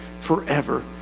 forever